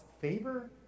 favor